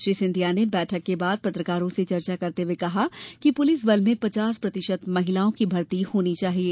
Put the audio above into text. श्री सिंधिया ने बैठक के बाद पत्रकारों से चर्चा करते हुए कहा कि पुलिस बल में पचास प्रतिशत महिलाओं की भर्ती होना चाहिये